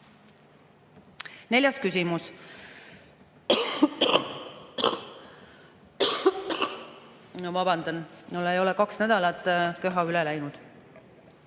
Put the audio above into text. Neljas küsimus. (Köhib.) Ma vabandan, mul ei ole kaks nädalat köha üle läinud.